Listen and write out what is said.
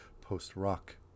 post-rock